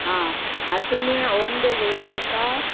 आं तुमी home delivery करता